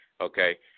okay